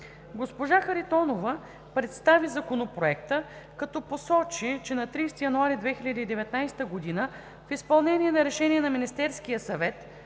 Госпожа Харитонова представи Законопроекта, като посочи, че на 30 януари 2019 г. в изпълнение на решение на Министерския съвет